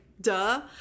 duh